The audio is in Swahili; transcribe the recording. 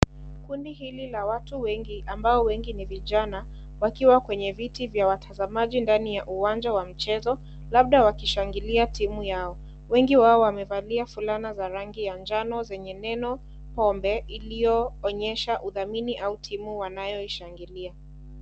Kundi hili la watu wengi ambao wengi ni vijana, wakiwa kwenye viti vya watazamaji ndani ya uwanja wa mchezo, labda wakishangilia timu yao. Wengi wao wamevalia fulana za rangi ya njano zenye neno pombe, iliyoonyesha udhamini au timu wanayoshangilia.